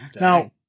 Now